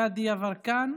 גדי יברקן,